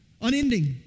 unending